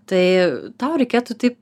tai tau reikėtų tai